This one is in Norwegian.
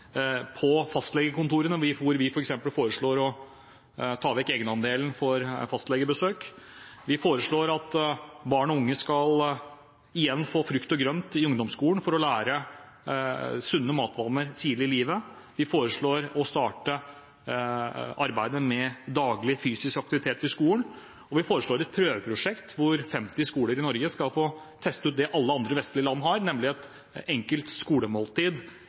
og på fastlegekontorene, hvor vi f.eks. foreslår å ta vekk egenandelen for fastlegebesøk. Vi foreslår at barn og unge igjen skal få frukt og grønt i ungdomsskolen for å lære sunne matvaner tidlig i livet, vi foreslår å starte arbeidet med daglig fysisk aktivitet i skolen, og vi foreslår et prøveprosjekt hvor 50 skoler i Norge skal få teste ut det alle andre vestlige land har, nemlig et enkelt skolemåltid